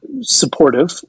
supportive